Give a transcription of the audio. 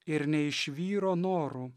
ir ne iš vyro norų